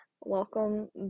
welcome